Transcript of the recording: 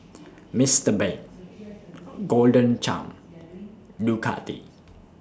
Mister Bean Golden Churn and Ducati